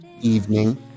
evening